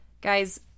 Guys